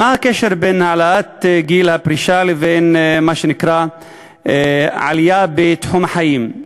מה הקשר בין העלאת גיל הפרישה לבין מה שנקרא עלייה בתוחלת החיים?